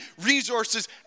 resources